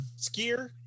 skier